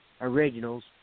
originals